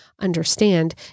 understand